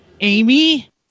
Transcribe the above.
Amy